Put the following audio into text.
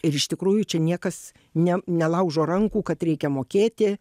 ir iš tikrųjų čia niekas ne nelaužo rankų kad reikia mokėti